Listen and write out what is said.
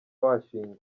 washingwa